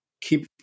keep